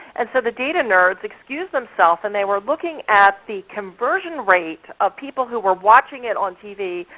and so the data nerds excused themselves and they were looking at the conversion rate of people who were watching it on tv,